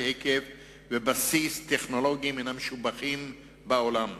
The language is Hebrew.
היקף ובסיס טכנולוגי מהמשובחים בעולם.